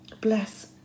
bless